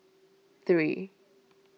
three